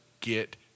get